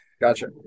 Gotcha